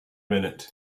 minute